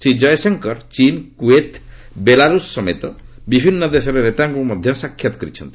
ଶ୍ରୀ ଜୟଶଙ୍କର ଚୀନ୍ କୁଏଥ୍ ଓ ବେଲାରୁଷ ସମେତ ବିଭିନ୍ନ ଦେଶର ନେତାମାନଙ୍କୁ ମଧ୍ୟ ସାକ୍ଷାତ୍ କରିଛନ୍ତି